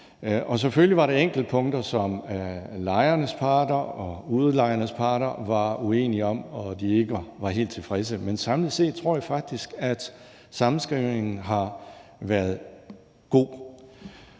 Selvfølgelig var der enkelte punkter, som lejernes parter og udlejernes parter var uenige om, og hvor de ikke var helt tilfredse. Men samlet set tror jeg faktisk at sammenskrivning har været god.